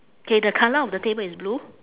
K the colour of the table is blue